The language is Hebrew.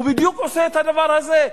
הוא בדיוק עושה את הדבר הזה,